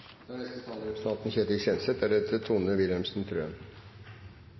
Da er neste taler representanten Ketil Kjenseth.